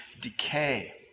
decay